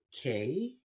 Okay